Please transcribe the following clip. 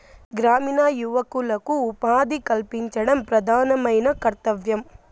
గ్రామీణ యువకులకు ఉపాధి కల్పించడం ప్రధానమైన కర్తవ్యం